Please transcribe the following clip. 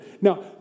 Now